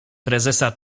prezesa